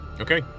Okay